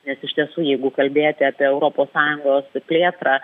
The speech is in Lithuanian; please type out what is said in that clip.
nes iš tiesų jeigu kalbėti apie europos sąjungos plėtrą